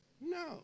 No